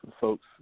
Folks